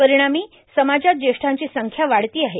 परिणामी समाजात ज्येष्ठांची संख्या वाढती आहे